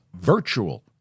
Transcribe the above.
virtual